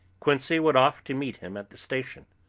quincey went off to meet him at the station.